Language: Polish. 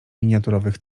miniaturowych